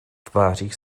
tvářích